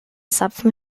zapfen